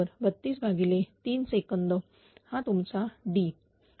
आणि TP बरोबर 323 second हा तुमचा D